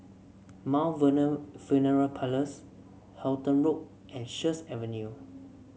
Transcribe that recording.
Mt Vernon Funeral Parlours Halton Road and Sheares Avenue